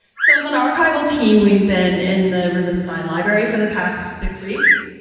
so it was an archival team. we've been in the rubenstein library for the past six weeks.